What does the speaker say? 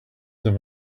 them